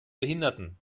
behinderten